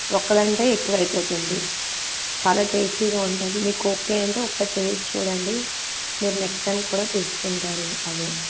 ఒకరు అంటే ఎక్కువ అవుతుంది చాలా టేస్టీగా ఉంటుంది మీకు ఓకే అంటే ఒకటి టేస్ట్ చూడండి మీరు నెక్స్ట్ టైం కూడా తీసుకుంటారు అదే